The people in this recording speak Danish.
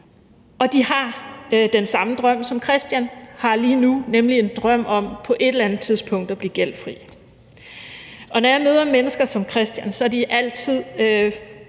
og de har den samme drøm, som Christian har lige nu, nemlig en drøm om på et eller andet tidspunkt at blive gældfri. Og når jeg møder mennesker som Christian, er de altid